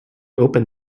opened